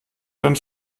deinen